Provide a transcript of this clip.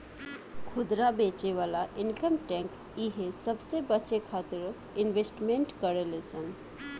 खुदरा बेचे वाला इनकम टैक्स इहे सबसे बचे खातिरो इन्वेस्टमेंट करेले सन